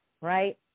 right